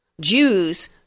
Jews